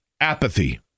apathy